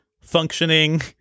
functioning